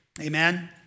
Amen